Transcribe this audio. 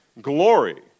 Glory